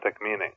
meaning